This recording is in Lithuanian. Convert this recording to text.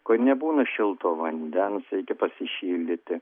kur nebūna šilto vandens reikia pasišildyti